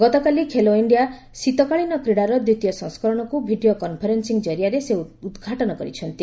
ଗତକାଲି ଖେଲୋ ଇଣ୍ଡିଆ ଶୀତକାଳୀନ କ୍ରିଡ଼ାର ଦ୍ୱିତୀୟ ସଂସ୍କରଣକୁ ଭିଡ଼ିଓ କନ୍ଫରେନ୍ଦିଂ କରିଆରେ ସେ ଉଦ୍ଘାଟନ କରିଛନ୍ତି